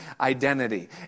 identity